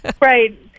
Right